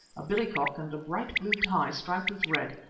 a billy-cock and a bright blue tie striped with red,